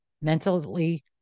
mentally